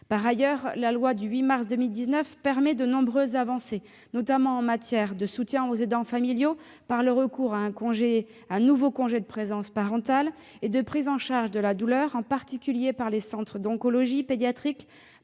Par ailleurs, la loi du 8 mars 2019 permet de nombreuses avancées, notamment en matière de soutien aux aidants familiaux par le recours à un nouveau congé de présence parentale et de prise en charge de la douleur, en particulier par les centres d'oncologie pédiatrique,